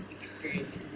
experience